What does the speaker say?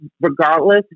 regardless